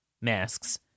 masks